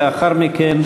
ולאחר מכן,